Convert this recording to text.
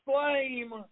flame